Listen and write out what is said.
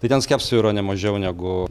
tai ten skepsių yra nemažiau negu